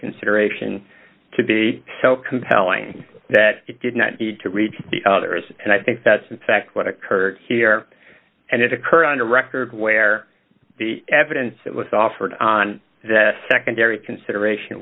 consideration to be so compelling that it did not need to reach the others and i think that's in fact what occurred here and it occurred on the record where the evidence it was offered on the secondary consideration